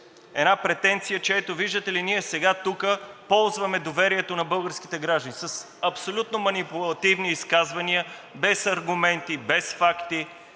Една претенция, че ето, виждате ли, ние сега тук ползваме доверието на българските граждани. С абсолютно манипулативни изказвания, без аргументи, без факти